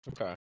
Okay